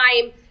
time